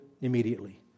immediately